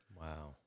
Wow